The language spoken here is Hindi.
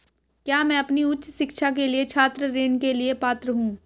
क्या मैं अपनी उच्च शिक्षा के लिए छात्र ऋण के लिए पात्र हूँ?